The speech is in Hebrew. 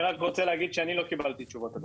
אני רק רוצה להגיד שאני לא קיבלתי תשובות עדיין.